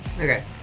Okay